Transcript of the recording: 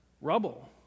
rubble